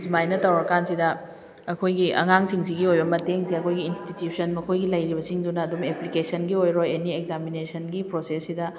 ꯁꯨꯃꯥꯏꯅ ꯇꯧꯔꯀꯥꯟꯁꯤꯗ ꯑꯩꯈꯣꯏꯒꯤ ꯑꯉꯥꯡꯁꯤꯡꯁꯤꯒꯤ ꯑꯣꯏꯕ ꯃꯇꯦꯡꯁꯦ ꯑꯩꯈꯣꯏꯒꯤ ꯏꯟꯁꯇꯤꯇ꯭ꯌꯨꯁꯟ ꯃꯈꯣꯏꯒꯤ ꯂꯩꯔꯤꯕꯁꯤꯡꯗꯨꯅ ꯑꯗꯨꯝ ꯑꯦꯄ꯭ꯂꯤꯀꯦꯁꯟꯒꯤ ꯑꯣꯏꯔꯣ ꯑꯦꯅꯤ ꯑꯦꯛꯖꯥꯃꯤꯅꯦꯁꯟꯒꯤ ꯄ꯭ꯔꯣꯁꯦꯁꯁꯤꯗ